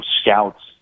scouts